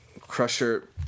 crusher